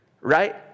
right